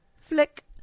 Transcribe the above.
Flick